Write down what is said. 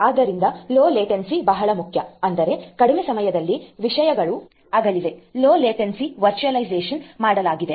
ಆದ್ದರಿಂದ low latency ಬಹಳ ಮುಖ್ಯ ಅಂದರೆ ಕಡಿಮೆ ಸಮಯದಲ್ಲಿ ವಿಷಯಗಳು ಆಗಲಿವೆ ಲೊ ಲೇಟೆನ್ಸಿ ವರ್ಚುವಲೈಸೇಶನ್ ಮಾಡಲಾಗಿದೆ